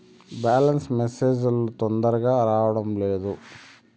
Balance message లు తొందరగా రావడం లేదు?